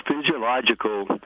physiological